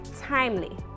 timely